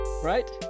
Right